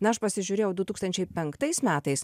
na aš pasižiūrėjau du tūkstančiai penktais metais